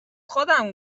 خودم